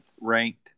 ranked